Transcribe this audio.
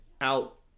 out